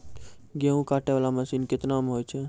गेहूँ काटै वाला मसीन केतना मे होय छै?